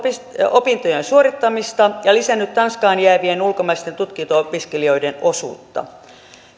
opintojen suorittamista ja lisännyt tanskaan jäävien ulkomaisten tutkinto opiskelijoiden osuutta